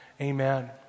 Amen